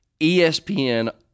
ESPN